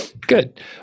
good